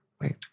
wait